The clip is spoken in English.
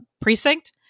precinct